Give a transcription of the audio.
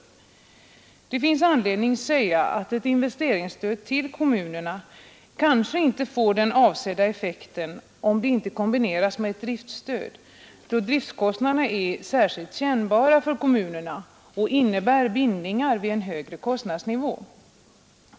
Det finns anledning säga att ett investeringsstöd till kommunerna kanske inte får avsedd effekt om det inte kombineras med ett driftstöd, då driftkostnaderna är särskilt kännbara för kommunerna och innebär bindningar vid en högre kostnadsnivå.